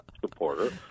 supporter